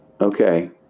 Okay